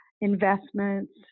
investments